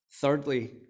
thirdly